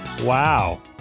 wow